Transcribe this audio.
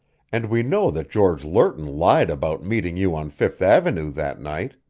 and we know that george lerton lied about meeting you on fifth avenue that night.